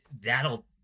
that'll